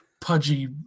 pudgy